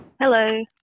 Hello